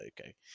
okay